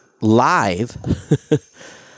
live